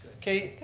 okay,